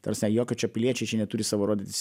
ta rasme jokio čia piliečiai čia neturi savo rodytis